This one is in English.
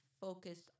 focused